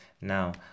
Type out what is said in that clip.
now